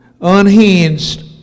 unhinged